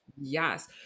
Yes